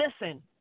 Listen